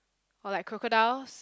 or like crocodiles